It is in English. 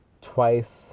twice